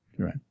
Right